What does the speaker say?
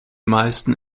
meisten